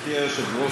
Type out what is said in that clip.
גברתי היושבת-ראש,